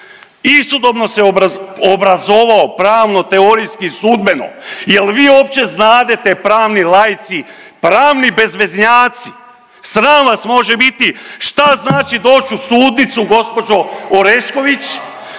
istodobno se obrazovao pravno, teorijski, sudbeno. Jel vi uopće znadete pravni laici, pravni bezveznjaci, sram vas može biti, šta znači doć u sudnicu gđo. Orešković,